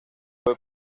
fue